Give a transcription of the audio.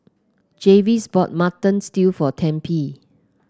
Jarvis bought Mutton Stew for Tempie